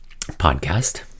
podcast